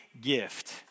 gift